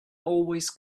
always